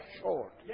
short